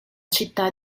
città